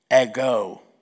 Ego